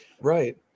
Right